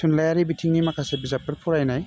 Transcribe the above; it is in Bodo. थुनलायारि बिथिंनि माखासे बिजाबफोर फरायनाय